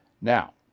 Now